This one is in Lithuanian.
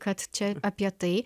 kad čia apie tai